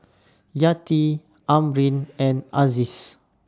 Yati Amrin and Aziz's